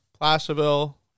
Placerville